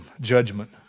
judgment